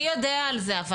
אבל מי יודע על זה?